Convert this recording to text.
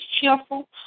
cheerful